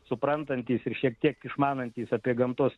suprantantis ir šiek tiek išmanantis apie gamtos